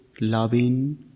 loving